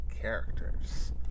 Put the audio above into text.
characters